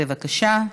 בבקשה,